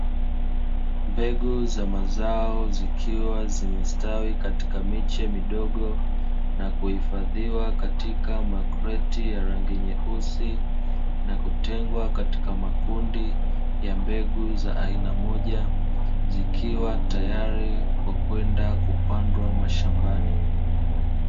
Mbegu za mazao zikiwa zimestawi katika miche midogo, na kuhifadhiwa katika makreti ya rangi nyeusi na kutengwa katika makundi ya mbegu za aina moja zikiwa tayari kwa kwenda kupandwa mashambani.